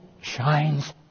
shines